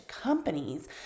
companies